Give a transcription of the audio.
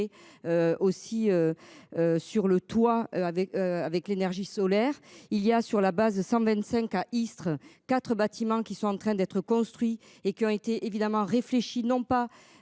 Aussi. Sur le toit avec avec l'énergie solaire il y a sur la base de 125 à Istres 4 bâtiments qui sont en train d'être construit et qui aurait été évidemment réfléchi non pas.